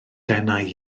denau